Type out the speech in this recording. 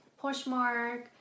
Poshmark